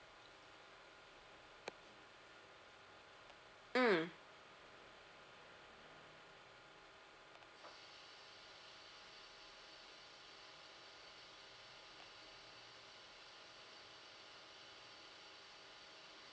mm